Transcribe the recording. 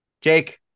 Jake